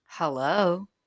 Hello